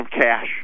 cash